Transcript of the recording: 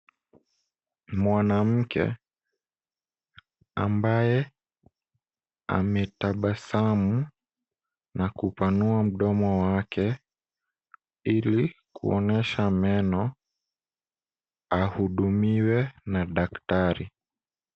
Mwanamke ambaye ametabasamu na kupanua mdomo wake ili kuonyesha meno ahudumiwe na daktari.